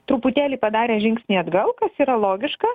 truputėlį padarė žingsnį atgal kas yra logiška